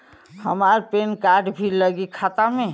हमार PAN card भी लगी खाता में?